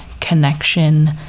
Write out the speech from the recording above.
connection